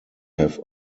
have